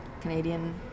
Canadian